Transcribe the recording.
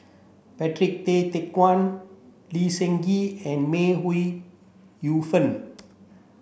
Patrick Tay Teck Guan Lee Seng Gee and May Ooi Yu Fen